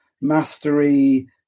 mastery